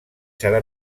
serà